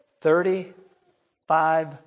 Thirty-five